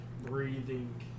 Breathing